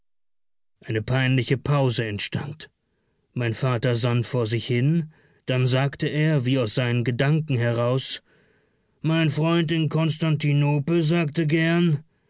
eine peinliche pause entstand mein vater sann vor sich hin dann sagte er wie aus seinen gedanken heraus mein freund in konstantinopel sagte gern